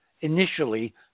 initially